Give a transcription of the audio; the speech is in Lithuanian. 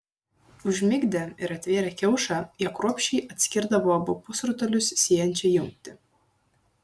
užmigdę ir atvėrę kiaušą jie kruopščiai atskirdavo abu pusrutulius siejančią jungtį